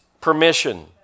permission